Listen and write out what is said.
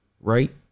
right